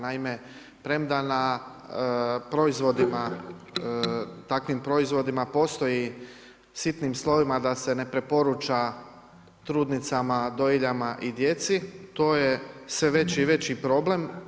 Naime, premda na proizvodima, takvim proizvodima postoji sitnim slovima da se ne preporuča trudnicama, dojiljama i djeci to je sve veći i veći problem.